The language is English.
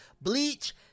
Bleach